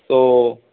ও